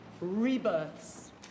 rebirths